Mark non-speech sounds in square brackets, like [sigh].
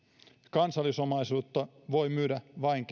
kansallisomaisuutta voi myydä vain [unintelligible]